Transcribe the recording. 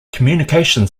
communication